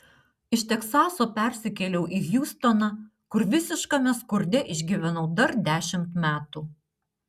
iš teksaso persikėliau į hjustoną kur visiškame skurde išgyvenau dar dešimt metų